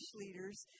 leaders